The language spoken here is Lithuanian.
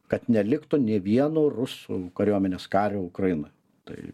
kad neliktų nė vieno rusų kariuomenės kario ukrainoj tai